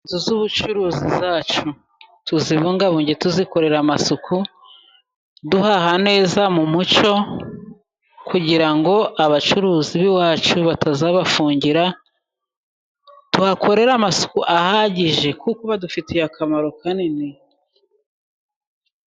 Inzu z'ubucuruzi zacu tuzibungabunge tuzikorera amasuku, duhaha neza mu muco, kugira ngo abacuruzi b'iwacu batazabafungira, tuhakorere amasuku ahagije kuko badufitiye akamaro kanini.